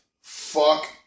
Fuck